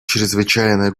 чрезвычайное